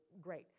great